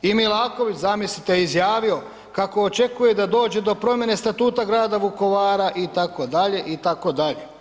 I Milaković, zamislite, izjavio, kako očekuje da dođe do promjene statuta grada Vukovara, itd., itd.